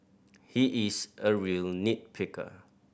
he is a real nit picker